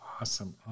Awesome